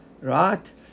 right